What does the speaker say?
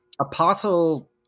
apostle